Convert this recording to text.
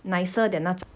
nicer than 那种